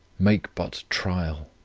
make but trial!